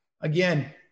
again